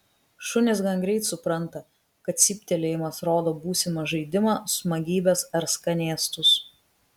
šunys gan greit supranta kad cyptelėjimas rodo būsimą žaidimą smagybes ar skanėstus